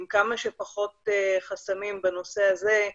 עם כמה שפחות חסמים בנושא הזה.